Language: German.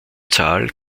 zahl